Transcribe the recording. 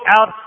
out